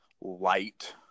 light